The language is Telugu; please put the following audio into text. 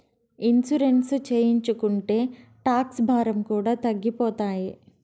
ఇన్సూరెన్స్ చేయించుకుంటే టాక్స్ భారం కూడా తగ్గిపోతాయి